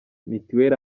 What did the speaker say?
mituweli